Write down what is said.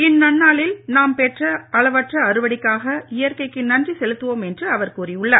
இந்நன்னாளில் நாம் பெற்ற அளவற்ற அறுவடைக்காக இயற்கைக்கு நன்றி செலுத்துவோம் என அவர் கூறியுள்ளார்